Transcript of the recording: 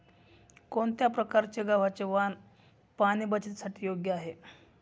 कोणत्या प्रकारचे गव्हाचे वाण पाणी बचतीसाठी योग्य आहे?